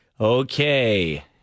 Okay